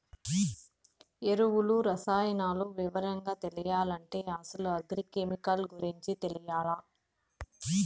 ఎరువులు, రసాయనాలు వివరంగా తెలియాలంటే అసలు అగ్రి కెమికల్ గురించి తెలియాల్ల